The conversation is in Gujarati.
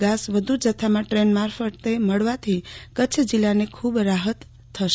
ઘાસ વધુ જથ્થામાં ટ્રેન મારફતે મળવાથી કચ્છ જિલ્લાને ખુબજ રાહત થશે